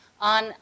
on